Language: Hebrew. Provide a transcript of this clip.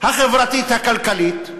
החברתית הכלכלית,